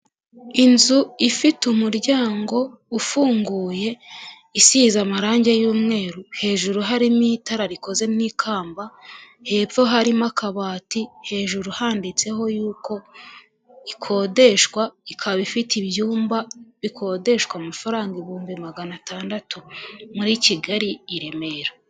Inzu ifite umuryango ufunguye isize amarangi y'umweru, hejuru harimo itara rikoze mu ikamba, hepfo harimo akabati hejuru handitseho yuko ikodeshwa, ikaba ifite ibyumba bikodeshwa amafaranga ibihumbi magana atandatu muri Kigali i Remera.